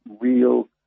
real